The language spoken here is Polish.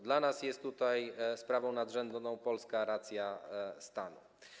Dla nas jest sprawą nadrzędną polska racja stanu.